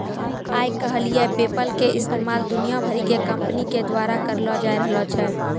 आइ काल्हि पेपल के इस्तेमाल दुनिया भरि के कंपनी के द्वारा करलो जाय रहलो छै